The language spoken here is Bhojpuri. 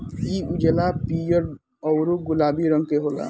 इ उजला, पीयर औरु गुलाबी रंग के होला